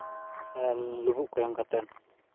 ᱦᱮᱸ ᱞᱩᱵᱩᱜ ᱠᱚ ᱮᱢ ᱠᱟᱛᱮᱫ